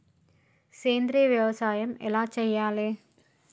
సేంద్రీయ వ్యవసాయం ఎలా చెయ్యాలే?